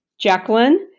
Jacqueline